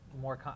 more